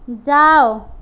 যাও